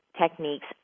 techniques